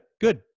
good